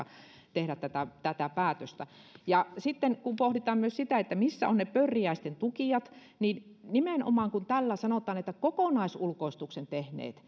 tehdä tätä tätä päätöstä sitten kun pohditaan myös sitä että missä ovat ne pörriäisten tukijat niin nimenomaanhan tällä sanotaan että kokonaisulkoistuksen tehneet